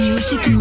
Music